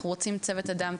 אנחנו רוצים צוות אדם טוב,